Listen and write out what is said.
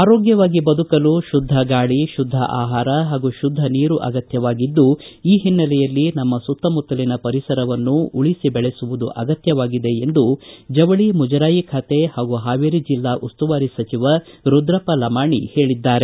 ಆರೋಗ್ಕವಾಗಿ ಬದುಕಲು ಶುದ್ಧ ಗಾಳಿ ಶುದ್ಧ ಆಹಾರ ಪಾಗೂ ಶುದ್ಧ ನೀರು ಅಗತ್ತವಾಗಿದ್ದು ಈ ಹಿನ್ನೆಲೆಯಲ್ಲಿ ನಮ್ಮ ಸುತ್ತಮುತ್ತಲಿನ ಪರಿಸರವನ್ನು ಉಳಿಸಿ ಬೆಳೆಸುವುದು ಅಗತ್ತವಾಗಿದೆ ಎಂದು ಜವಳಿ ಮುಜರಾಯಿ ಖಾತೆ ಪಾಗೂ ಪಾವೇರಿ ಜಿಲ್ಲಾ ಉಸ್ತುವಾರಿ ಸಚಿವ ರುದ್ರಪ್ಪ ಲಮಾಣಿ ಹೇಳಿದ್ದಾರೆ